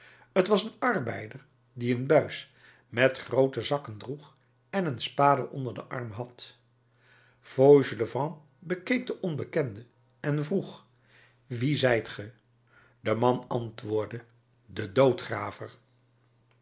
t was een arbeider die een buis met groote zakken droeg en een spade onder den arm had fauchelevent bekeek den onbekende en vroeg wie zijt ge de man antwoordde de